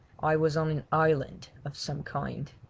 i was on an island of some kind.